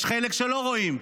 יש חלק שלא רואים,